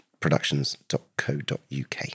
productions.co.uk